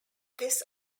this